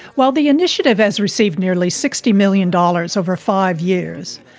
while the initiative has received nearly sixty million dollars over five years,